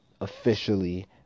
officially